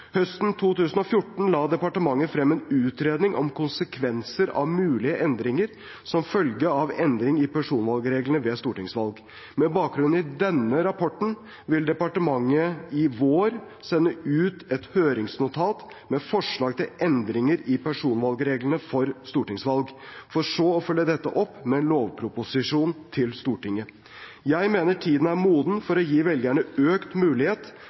Høsten 2014 la departementet frem en utredning om konsekvenser av mulige endringer som følge av endring i personvalgreglene ved stortingsvalg. Med bakgrunn i denne rapporten vil departementet i vår sende ut et høringsnotat med forslag til endringer i personvalgreglene for stortingsvalg, for så å følge dette opp med en lovproposisjon til Stortinget. Jeg mener tiden er moden for å gi velgerne økt mulighet